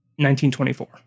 1924